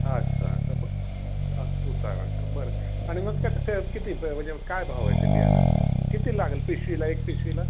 अस्स अस्स ब उतारा का बरं आणि मग त्यात किती म्हणजे काय भाव आहे ते बियाणं किती लागेल पिशवीला एक पिशवीला